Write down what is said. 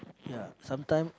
ya sometime